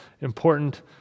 important